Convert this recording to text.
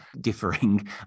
differing